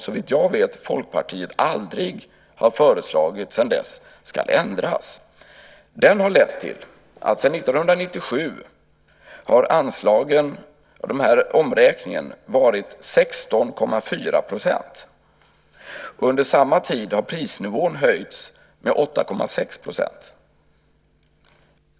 Såvitt jag vet har Folkpartiet sedan dess aldrig föreslagit att den ska ändras. Den har lett till att sedan 1997 har omräkningen varit 16,4 %. Under samma tid har prisnivån höjts med 8,6 %.